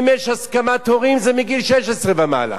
אם יש הסכמת הורים, זה מגיל 16 ומעלה